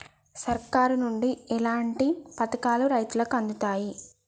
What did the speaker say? సర్కారు నుండి ఎట్లాంటి పథకాలు రైతులకి అందుతయ్?